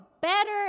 Better